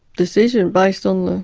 decision based on